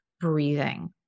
breathing